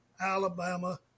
alabama